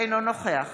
אינו נוכח